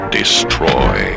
destroy